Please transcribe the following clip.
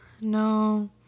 No